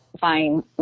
fine